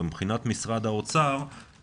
ומבחינת משרד האוצר,